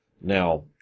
Now